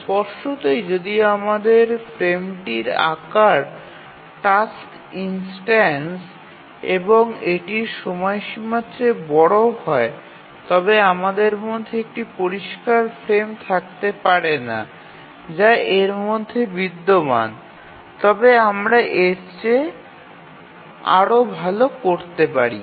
স্পষ্টতই যদি আমাদের ফ্রেমটির আকার টাস্ক ইনস্ট্যান্স এবং এটির সময়সীমার চেয়ে বড় হয় তবে আমাদের মধ্যে একটি পরিষ্কার ফ্রেম থাকতে পারে না যা এর মধ্যে বিদ্যমান তবে আমরা এর চেয়ে আরও ভাল করতে পারি